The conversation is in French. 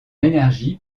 énergie